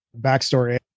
backstory